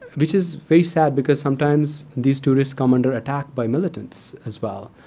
which is very sad, because sometimes these tourists come under attack by militants as well.